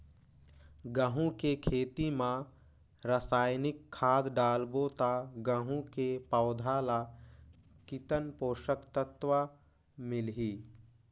गंहू के खेती मां रसायनिक खाद डालबो ता गंहू के पौधा ला कितन पोषक तत्व मिलही?